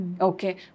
Okay